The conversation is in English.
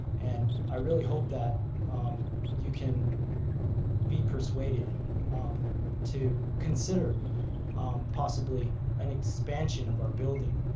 and i really hope that um you can be persuaded um to consider possibly an expansion of our building.